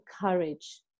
courage